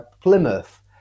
Plymouth